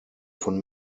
von